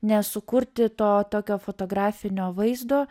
nesukurti to tokio fotografinio vaizdo